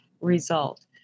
result